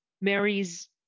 Mary's